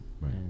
right